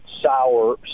Sour